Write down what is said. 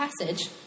passage